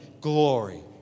glory